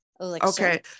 Okay